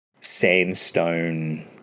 sandstone